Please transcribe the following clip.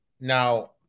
Now